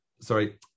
sorry